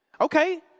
Okay